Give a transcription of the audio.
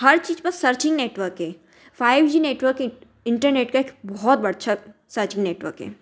हर चीज़ पर searching network है फाइव जी नेटर्वकेट इंटरनेट का एक बहुत बरछत सचिंग नेटवर्क है